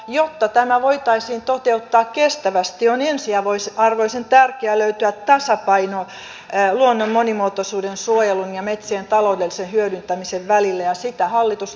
jotta tämä voitaisiin toteuttaa kestävästi on ensiarvoisen tärkeä löytyä tasapaino luonnon monimuotoisuuden suojelun ja metsien taloudellisen hyödyntämisen välillä ja sitä hallitus nyt pahasti vaarantaa